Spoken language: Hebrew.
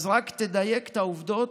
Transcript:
אז רק תדייק את העובדות,